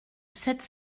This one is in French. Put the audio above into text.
sept